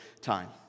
time